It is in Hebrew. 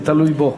זה תלוי בו.